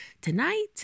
tonight